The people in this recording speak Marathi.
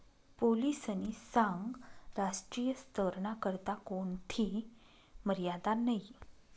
पोलीसनी सांगं राष्ट्रीय स्तरना करता कोणथी मर्यादा नयी